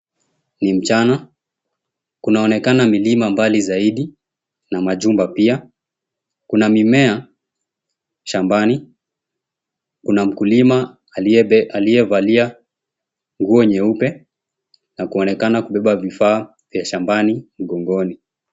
Ni mchana, kunaonekana milima mbali zaidi na majumba pia. Kuna mimea shambani. Kuna mkulima aliyebe aliyevalia nguo nyeupe na kuonekana kubeba vifaa vya shambani mgongoni.